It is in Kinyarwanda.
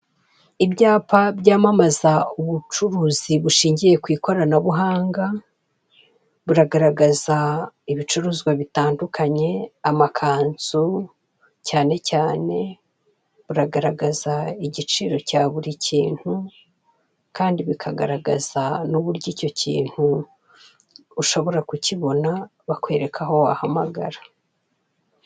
Ibyapa byamamaza ubucuruzi bushingiye kw'ikoranabuhanga. Buragaragaza ibicuruzwa bitandukanye, amakanzu cyane cyane. Buragaragaza igiciro cya buri kintu kandi bikagaragaza n'uburyo icyo kintu ushobora kukibona, bakwereka aho wahamagara.